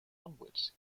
onwards